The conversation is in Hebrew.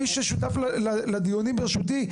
מי ששותף לדיונים ברשותי,